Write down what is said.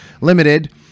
limited